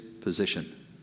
position